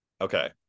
okay